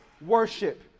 worship